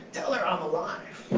tell her i'm alive.